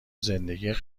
زندگی